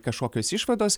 kažkokios išvados